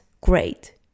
great